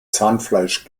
zahnfleisch